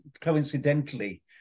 coincidentally